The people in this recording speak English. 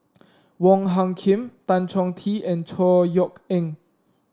Wong Hung Khim Tan Chong Tee and Chor Yeok Eng